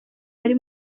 bari